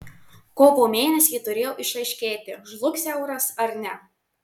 kovo mėnesį turėjo išaiškėti žlugs euras ar ne